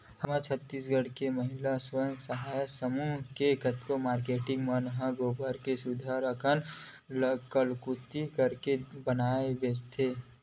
हमर छत्तीसगढ़ के महिला स्व सहयता समूह के कतको मारकेटिंग मन ह गोबर के सुग्घर अंकन ले कलाकृति करके दिया बनाके बेंचत हे